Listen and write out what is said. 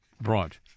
brought